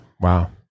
wow